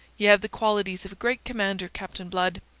ye have the qualities of a great commander, captain blood.